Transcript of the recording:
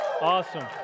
Awesome